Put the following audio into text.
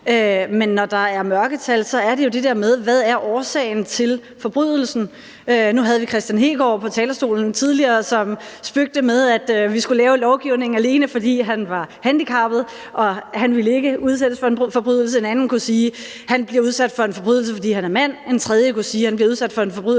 Men når der er mørketal, er der jo det der med, hvad der er årsagen til forbrydelsen. Nu havde vi tidligere hr. Kristian Hegaard på talerstolen, som spøgte med, at vi skulle lave lovgivningen, alene fordi han er handicappet og han ikke vil udsættes for en forbrydelse, og en anden kunne sige, at han bliver udsat for en forbrydelse, fordi han er mand, en tredje kunne sige, at han bliver udsat for en forbrydelse,